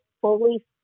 fully